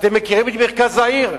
אתם מכירים את מרכז העיר?